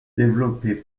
développé